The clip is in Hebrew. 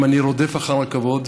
אם אני רודף אחר הכבוד,